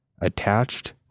attached